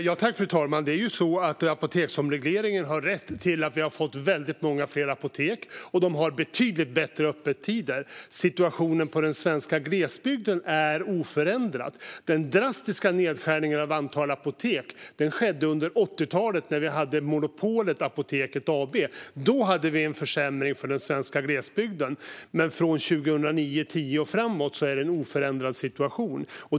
Fru talman! Omregleringen av apoteken har lett till att det finns fler apotek med betydligt bättre öppettider. Situationen i den svenska glesbygden är oförändrad. Den drastiska nedskärningen av antalet apotek skedde under 80-talet när det var monopolet Apoteket AB. Då skedde en försämring för den svenska glesbygden. Men från 2009 och framåt är det en oförändrad situation.